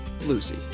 lucy